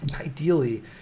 ideally